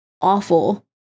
awful